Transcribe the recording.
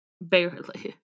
barely